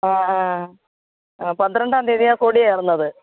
ആ ആ ആ പന്ത്രണ്ടാം തീയതിയാണു കൊടിയേറുന്നത്